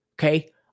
Okay